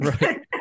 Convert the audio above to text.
right